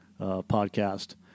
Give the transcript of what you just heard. podcast